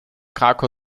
krakau